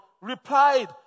replied